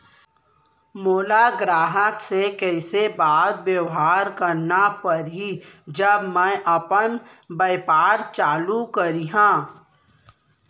मोला ग्राहक से कइसे बात बेवहार करना पड़ही जब मैं अपन व्यापार चालू करिहा?